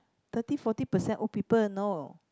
thirty forty percent old people you know